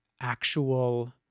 actual